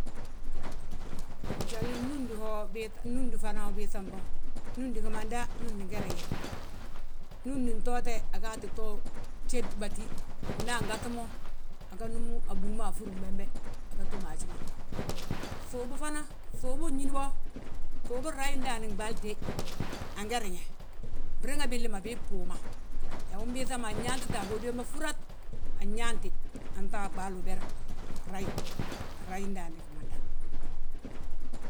Njalin núndi wo mbiiŧa, núndi fana ubiiŧam bo, núndi gimanda núndi nge riŋe. Núndi ntoote aga agaata to jéd batí nda angaŧi mo aga núm a búu ma afúrim bembe, aga túm a haji ma. Ŧuubu fana, ŧuubu unñin bo, ŧuubu nrayi ndaani gɓaali de, ange riŋe, briŋ billi ma bii bbuuma. Yaa umbiiŧama anyaantite a hódi wembe fúrat, anyaanti, anta a ɓaalu uber grayi. Anrayi ndaani gimanda.